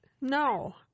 No